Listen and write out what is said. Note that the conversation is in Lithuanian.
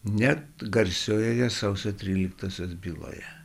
net garsiojoje sausio tryliktosios byloje